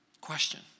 Question